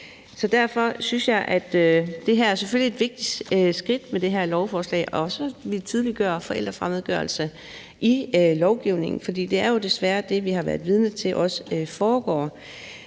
Derfor synes jeg, at det selvfølgelig er et vigtigt skridt med det her lovforslag og også at ville tydeliggøre forældrefremmedgørelse i lovgivningen, for det er jo desværre også det, vi har været vidne til foregår,